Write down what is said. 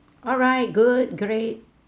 alright good great